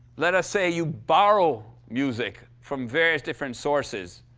let us say, you borrow music from various different sources.